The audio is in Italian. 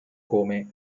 come